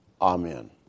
amen